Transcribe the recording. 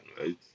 right